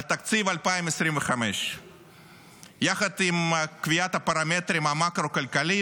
על תקציב 2025. יחד עם קביעת הפרמטרים המקרו-כלכליים,